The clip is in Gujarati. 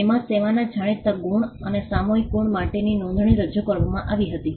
તેમાં સેવાના જાણીતા ગુણ અને સામૂહિક ગુણ માટેની નોંધણી રજૂ કરવામાં આવી હતી